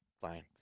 fine